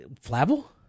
Flavel